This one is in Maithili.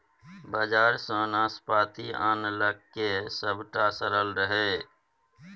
बजार सँ नाशपाती आनलकै सभटा सरल रहय